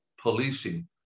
policing